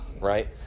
right